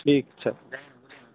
ठीक छै